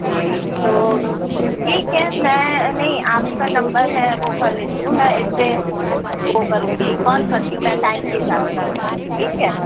ٹھیک تو ٹھیک ہے میں نہیں آپ کا نمبر میں وہ کر لیتی ہوں میں اِس پہ وہ کروں گی کال کرتی ہوں میں ٹائم کے حساب سے آپ کو ٹھیک ہے